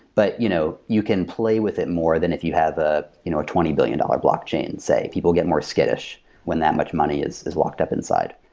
but you know you can play with it more than if you have a you know twenty billion dollars blockchain. say, people get more skidding when that much money is is locked up inside.